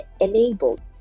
enabled